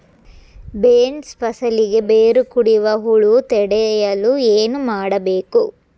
Beans ಫಸಲಿಗೆ ಬೇರು ಕಡಿಯುವ ಹುಳು ತಡೆಯಲು ಏನು ಮಾಡಬೇಕು?